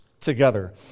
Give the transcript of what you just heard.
together